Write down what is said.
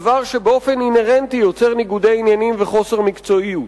דבר שבאופן אינהרנטי יוצר ניגוד עניינים וחוסר מקצועיות.